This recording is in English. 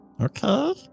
Okay